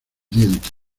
diente